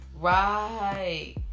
Right